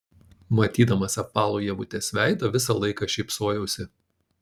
matydamas apvalų ievutės veidą visą laiką šypsojausi